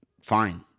Fine